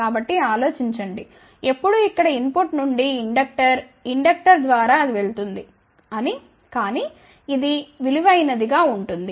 కాబట్టిఆలోచించండి ఎప్పుడు ఇక్కడ input నుండి ఇండక్టర్ ఇండక్టర్ ద్వారా అది వెళుతుంది అని కానీ ఇది విలువైనదిగా ఉంటుంది